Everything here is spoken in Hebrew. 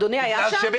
אדוני היה שם?